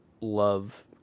love